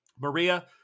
Maria